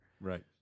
Right